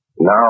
now